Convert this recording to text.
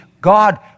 God